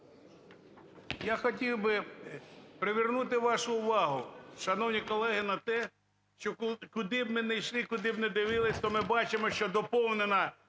Я хотів би привернути вашу увагу, шановні колеги, на те, що куди б не йшли, куди б не дивилися, то ми бачимо, що доповнено,